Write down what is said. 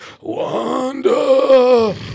Wanda